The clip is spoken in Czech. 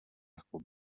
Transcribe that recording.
jako